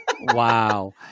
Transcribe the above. Wow